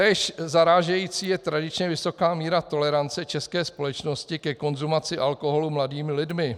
Též zarážející je tradičně vysoká míra tolerance české společnosti ke konzumaci alkoholu mladými lidmi.